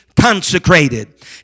consecrated